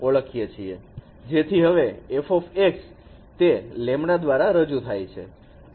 જેથી હવે f તે λ દ્વારા રજુ થાય છે